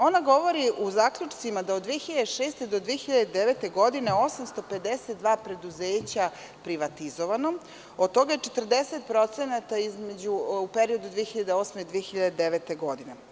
Ona govori u zaključcima da od 2006. do 2009. godine 852 preduzeća privatizovanom, od toga je 40% u periodu između 2008. i 2009. godine.